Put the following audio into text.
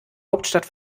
hauptstadt